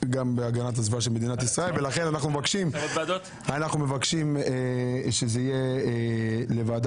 במליאה ביקשו הוועדה המיוחדת לזכויות הילד,